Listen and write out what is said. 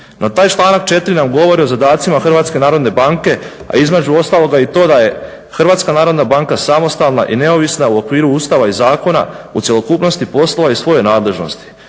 No taj članak 4.nam govori o zadacima HNB-a a između ostaloga i to da je HNB samostalna i neovisna u okviru Ustava i zakona u cjelokupnosti posla i svoje nadležnosti